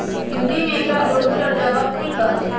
हिंदी में एकरा अड़हुल या जावा फुल कहा ही